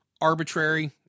arbitrary